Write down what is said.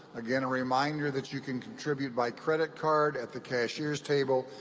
again a reminder that you can contribute by credit card at the cashier's table,